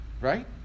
right